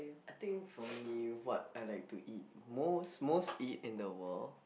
I think for me what I like to eat most most eat in the world